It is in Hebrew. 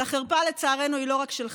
אבל לצערנו החרפה היא לא רק שלך,